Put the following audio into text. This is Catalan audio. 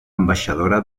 ambaixadora